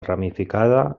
ramificada